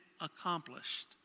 accomplished